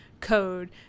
code